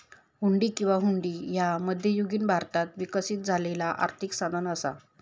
हुंडी किंवा हुंडी ह्या मध्ययुगीन भारतात विकसित झालेला आर्थिक साधन असा